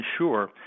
ensure